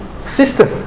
system